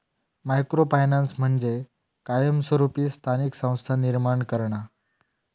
micro finance म्हणजे कायमस्वरूपी स्थानिक संस्था निर्माण करणा